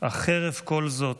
אך חרף כל זאת,